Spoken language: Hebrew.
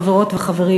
חברות וחברים.